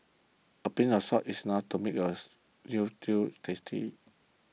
a pinch of salt is enough to make a Veal Stew tasty